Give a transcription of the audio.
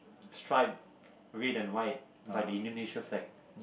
strip red and white like the Indonesian flag